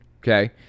Okay